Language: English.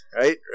right